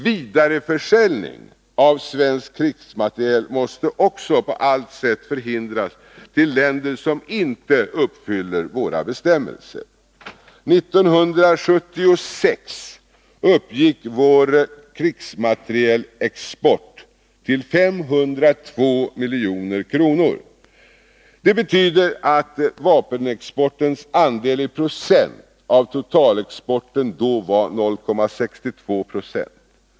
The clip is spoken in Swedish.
Vidareförsäljning av svensk krigsmateriel måste på allt sätt förhindras till länder som inte uppfyller våra bestämmelser. 1976 uppgick vår krigsmaterielexport till 502 milj.kr. Det betyder att vapenexportens andel i procent av totalexporten då var 0,62 26.